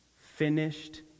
Finished